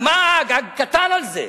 מה האג, האג קטן על זה.